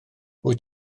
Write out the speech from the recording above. wyt